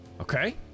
Okay